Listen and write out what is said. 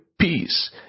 peace